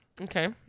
Okay